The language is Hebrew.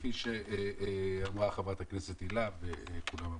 כפי שאמרה חברת הכנסת הילה וזאן וכולם אמרו,